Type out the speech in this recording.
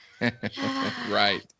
Right